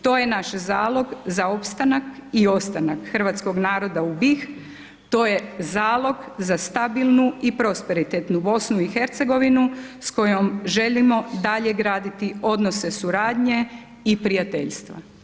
To je naš zalog za opstanak i ostanak Hrvatskog naroda u BIH, to je zalog za stabilnu i prosperitetnu BIH s kojom želimo dalje graditi odnose suradnje i prijateljstva.